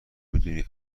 میدونی